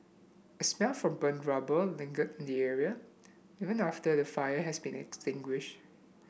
a smell from burnt rubber lingered in the area even after the fire has been extinguished